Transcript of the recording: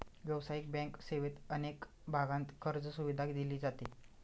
व्यावसायिक बँक सेवेत अनेक भागांत कर्जसुविधा दिली जाते